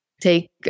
take